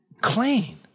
Clean